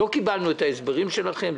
לא קיבלנו את ההסברים שלכם.